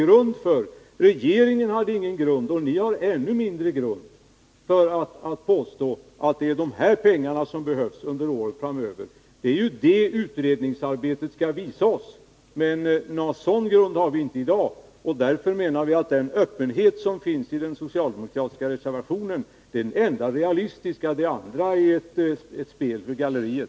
Regeringen har ingen grund och ni har ännu mindre någon grund för att påstå att det är de här pengarna som behövs under åren framöver. Det är ju det utredningsarbetet skall visa OSS. Därför menar vi att den öppenhet som finns i den socialdemokratiska reservationen är det enda realistiska. Det andra är ett spel för galleriet.